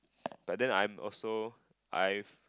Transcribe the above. but then I'm also I've